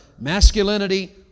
masculinity